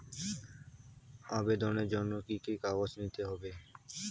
আবেদনের জন্য কি কি কাগজ নিতে হবে?